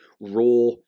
raw